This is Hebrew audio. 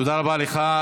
תודה רבה לך.